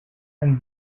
and